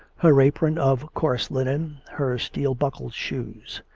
her apron of coarse linen, her steel-buckled shoes.